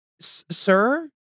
sir